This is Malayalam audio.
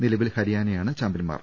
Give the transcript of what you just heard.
നിലവിൽ ഹരിയാനയാണ് ചാമ്പ്യൻമാർ